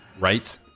Right